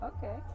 Okay